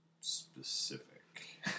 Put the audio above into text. specific